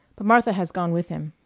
but martha has gone with him.